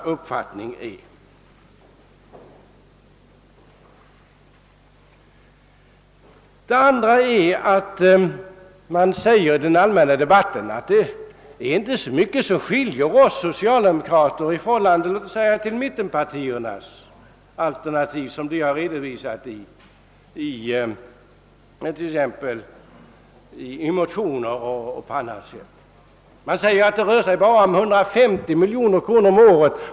Ett annat anmärkningsvärt förhållande är att det i den allmänna debatten görs gällande, att det inte är så mycket som skiljer det socialdemokratiska försvarsalternativet från t.ex. mittenpartiernas alternativ såsom detta har redovisats i motioner och på annat sätt. Man säger att det »bara» rör sig om en skillnad på 150 miljoner kronor om året.